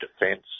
defense